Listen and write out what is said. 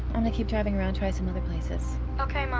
i'm gonna keep driving around, try some other places. okay, mom.